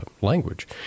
language